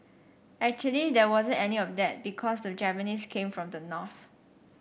actually there wasn't any of that because the Japanese came from the north